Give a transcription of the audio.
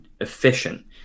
efficient